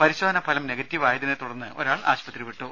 പരിശോധന ഫലം നെഗറ്റീവ് ആയതിനെ തുടർന്ന് ഒരാൾ ആശുപത്രി വിട്ടു